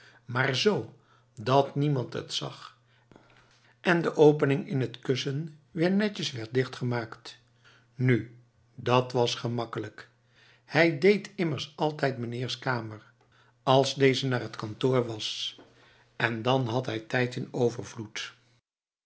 maar z dat niemand het zag en de opening in t kussen weer netjes werd dichtgemaakt nu dat was gemakkelijk hij deed immers altijd mijnheers kamer als deze naar t kantoor was en dan had hij tijd in overvloed